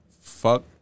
fuck